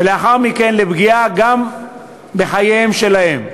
ולאחר מכן לפגיעה גם בחייהם שלהם.